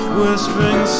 whispering